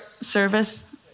service